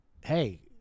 hey